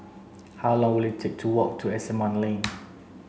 how long will it take to walk to Asimont Lane